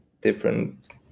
different